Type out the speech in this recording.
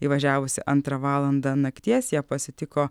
įvažiavus antrą valandą nakties ją pasitiko